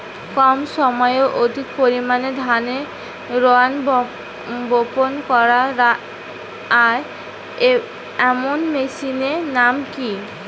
কম সময়ে অধিক পরিমাণে ধানের রোয়া বপন করা য়ায় এমন মেশিনের নাম কি?